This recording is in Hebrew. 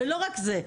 ולא רק זה,